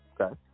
okay